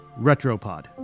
Retropod